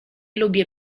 lubię